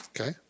Okay